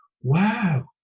wow